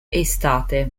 estate